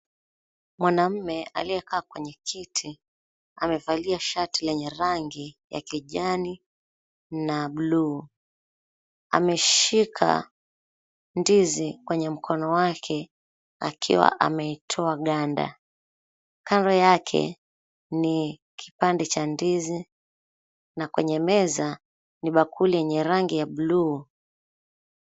Mwanamme aliyekaa kwenye kiti amevalia shati lenye rangi ya kijani na bluu. Ameshika ndizi kwenye mkono wake akiwa ameitoa ganda. Kando yake ni kipande cha ndizi na kwenye meza ni bakuli lenye rangi ya buluu.